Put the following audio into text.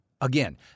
Again